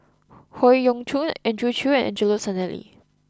Howe Yoon Chong Andrew Chew and Angelo Sanelli